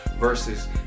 versus